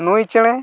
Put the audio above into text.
ᱱᱩᱭ ᱪᱮᱬᱮ